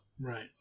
right